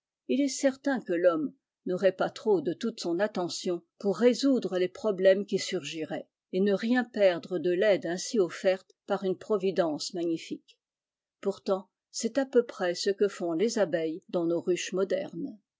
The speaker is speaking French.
il est certain que l'homme n'aurait pas trop de toute son attention pour résoudre les problèmes qui surgiraient et ne rien perdre de l'aide ainsi offerte par une providence magnifique pourtant c'est à peu près ce que font les abeilles dans nos ruches modernes